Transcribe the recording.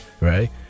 right